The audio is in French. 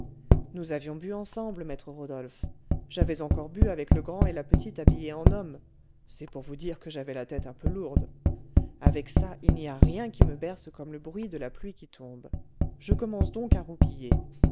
nous avions bu ensemble maître rodolphe j'avais encore bu avec le grand et la petite habillée en homme c'est pour vous dire que j'avais la tête un peu lourde avec ça il n'y a rien qui me berce comme le bruit de la pluie qui tombe je commence donc à roupiller